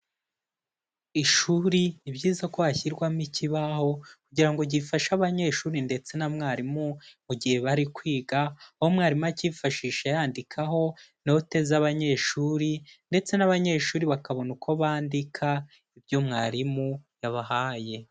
Ishuri ni byiza ko hashyirwamo ikibaho kugira ngo gifashe abanyeshuri ndetse na mwarimu mu gihe bari kwiga, aho umwarimu akifashisha yandikaho note z'abanyeshuri ndetse n'abanyeshuri bakabona uko bandika ibyo mwarimu yabahaye.